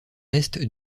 est